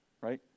right